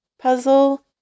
puzzle